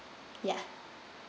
ya